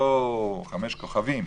אפילו לא חמישה כוכבים,